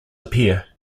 appear